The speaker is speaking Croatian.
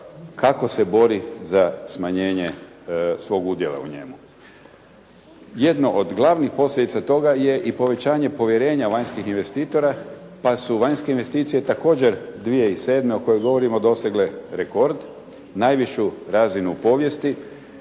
kako se bori za smanjenje svog udjela u njemu. Jedno od glavnih posljedica toga je i povećanje povjerenja vanjskih investitora pa su vanjske investicije također 2007. o kojoj govorimo dosegle rekord, najvišu razinu u povijesti.